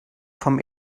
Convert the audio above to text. vom